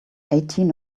eighteen